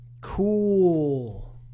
Cool